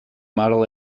model